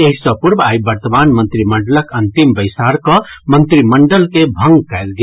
एहि सॅ पूर्व आइ वर्तमान मंत्रिमंडलक अंतिम बैसार कऽ मंत्रिमंडल के भंग कयल गेल